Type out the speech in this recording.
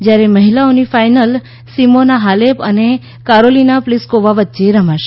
જ્યારે મહિલાઓની final Simona Halep અને કારોલીના પ્લીસ્કોવા વચ્ચે રમાશે